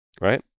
Right